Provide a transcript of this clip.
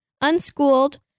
Unschooled